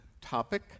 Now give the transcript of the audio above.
topic